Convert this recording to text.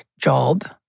job